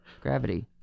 gravity